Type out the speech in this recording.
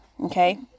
okay